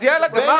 אז יאללה, גמרנו.